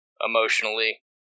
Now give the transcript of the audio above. emotionally